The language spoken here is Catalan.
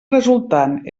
resultant